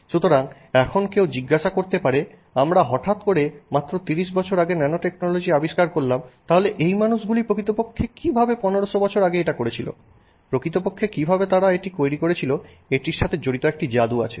সুতরাং এখন কেউ জিজ্ঞাসা করতে পারেন আমরা হঠাৎ করে মাত্র 30 বছর আগে ন্যানোটেকনোলজি আবিষ্কার করলাম তাহলে এই মানুষগুলি প্রকৃতপক্ষে কিভাবে 1500 বছর আগে এটা করেছিল প্রকৃতপক্ষে কিভাবে তারা এটি তৈরি করেছিল এটির সাথে জড়িত একটি জাদু আছে